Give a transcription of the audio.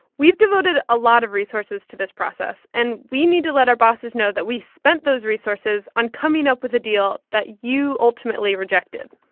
we've devoted a lot of resources to this process, and we need to let our bosses know that we spent those resources on coming up with a deal that you ultimately rejected.